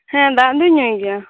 ᱦᱮᱸ ᱫᱟᱜ ᱫᱩᱧ ᱧᱩᱭ ᱜᱮᱭᱟ